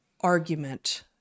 argument